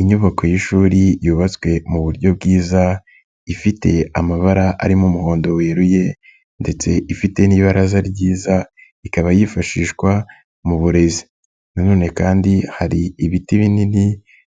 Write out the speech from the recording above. Inyubako y'ishuri yubatswe mu buryo bwiza, ifite amabara arimo umuhondo weruye ndetse ifite n'ibaraza ryiza, ikaba yifashishwa mu burezi. Nanone kandi hari ibiti binini